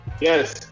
Yes